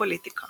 פוליטיקה